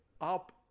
up